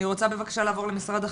אני רוצה בבקשה לעבור למשרד החינוך.